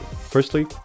Firstly